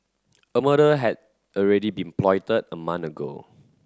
a murder had already been plotted a month ago